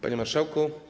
Panie Marszałku!